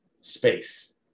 space